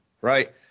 right